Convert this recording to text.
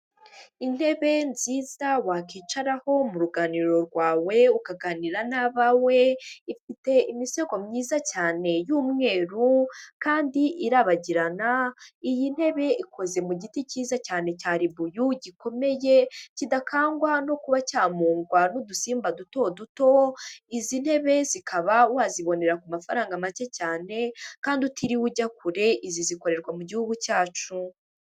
Intebe nziza wakwicaraho mu ruganiriro rwawe ukaganira n'abawe, ifite imisego myiza cyane y'umweru kandi irabagirana, iyi ntebe ikoze mu giti cyiza cyane cya ribuyu gikomeye kidakangwa no kuba cyamungwa n'udusimba duto duto, izi ntebe zikaba wazibonera ku mafaranga make cyane kandi utiriwe ujya kure, izi zikorerwa mu Gihugu cyacu.